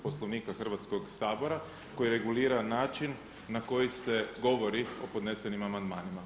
Poslovnika Hrvatskog sabora koji regulira način na koji se govori o podnesenim amandmanima.